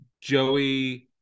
Joey